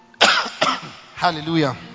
hallelujah